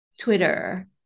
Twitter